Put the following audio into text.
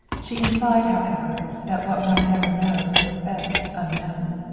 she implied, however, that what one never knows was best unknown.